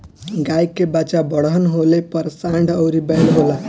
गाय के बच्चा बड़हन होले पर सांड अउरी बैल होला